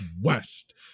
west